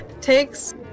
takes